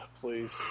please